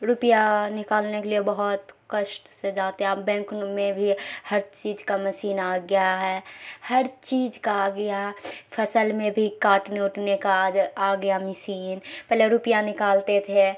روپیہ نکالنے کے لیے بہت کشٹ سے جاتے اب بینک میں بھی ہر چیز کا مسین آ گیا ہے ہر چیز کا آ گیا فصل میں بھی کاٹنے اوٹنے کا آ گیا مسین پہلے روپیہ نکالتے تھے